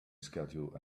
schedule